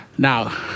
Now